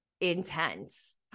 intense